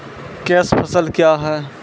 Cash फसल क्या हैं?